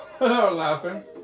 laughing